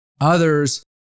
Others